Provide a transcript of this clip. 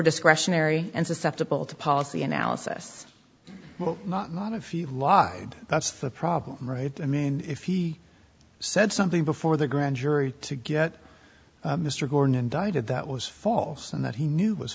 discretionary and susceptible to policy analysis on a few law god that's the problem right i mean if he said something before the grand jury to get mr gordon indicted that was false and that he knew was